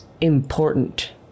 important